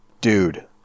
Dude